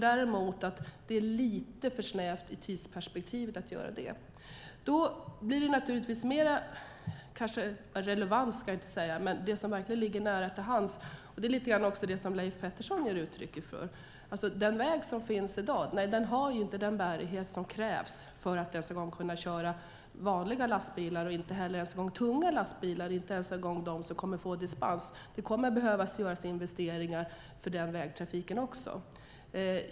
Däremot tror jag att det här tidsperspektivet är lite för snävt för det. Det som verkligen ligger nära till hands, och som Leif Pettersson också ger uttryck för, är att den väg som finns i dag inte har den bärighet som krävs för att man ska kunna köra vanliga lastbilar där, inte heller tunga lastbilar, inte ens de som kommer att få dispens. Det kommer att behöva göras investeringar för den vägtrafiken också.